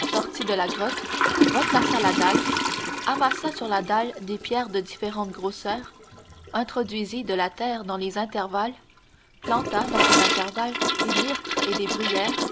sortit de la grotte replaça la dalle amassa sur la dalle des pierres de différentes grosseurs introduisit de la terre dans les intervalles planta dans ces intervalles des myrtes et des bruyères